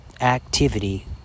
activity